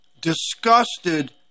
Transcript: disgusted